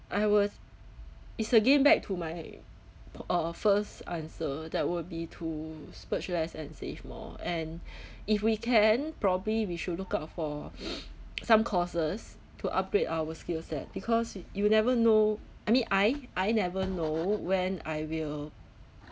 I was it's again back to my ph~ uh first answer that would be to splurge less and save more and if we can probably we should look out for some courses to upgrade our skill set because y~ you never know I mean I I never know when I will